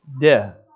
death